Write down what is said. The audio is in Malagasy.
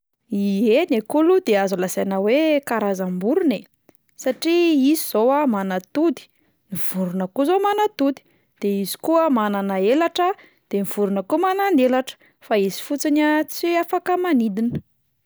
Ie, ny akoho aloha de azo lazaina hoe karazam-borona e, satria izy izao a manatody, ny vorona koa zao manatody, de izy koa manana elatra, de ny vorona koa manan'elatra, fa izy fotsiny a tsy afaka manidiny.